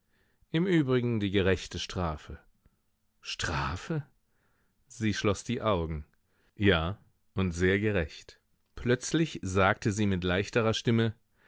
im übrigen die gerechte strafe strafe sie schloß die augen ja und sehr gerecht plötzlich sagte sie mit leichterer stimme